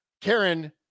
Karen